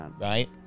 Right